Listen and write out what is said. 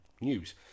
news